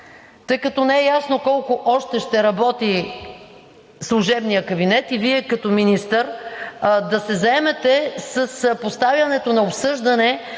като не е ясно колко още ще работи служебният кабинет и Вие като министър, да се заемете с поставянето на обсъждане